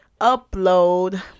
upload